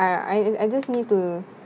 I I just need to